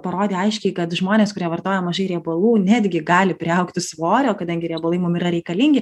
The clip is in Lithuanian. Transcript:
parodė aiškiai kad žmonės kurie vartoja mažai riebalų netgi gali priaugti svorio kadangi riebalai mum yra reikalingi